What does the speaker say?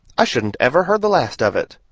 i shouldn't ever heard the last of it.